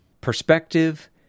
perspective